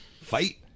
fight